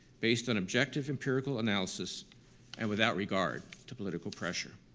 based on objective, empirical analysis and without regard to political pressure.